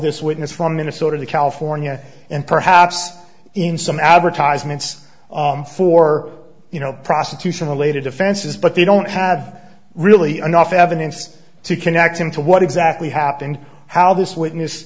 this witness from minnesota to california and perhaps in some advertisements for you know prostitution related offenses but they don't have really enough evidence to connect him to what exactly happened how this witness